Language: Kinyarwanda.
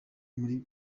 muri